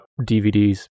DVDs